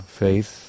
faith